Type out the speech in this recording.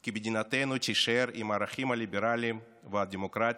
כי מדינתנו תישאר עם הערכים הליברליים והדמוקרטיים,